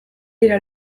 dira